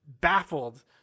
baffled